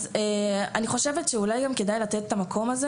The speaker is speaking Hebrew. אני חושבת שאולי גם כדאי לתת את המקום הזה